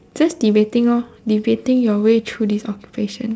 just debating orh debating your way through this occupation